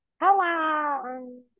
hello